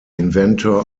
inventor